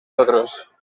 otros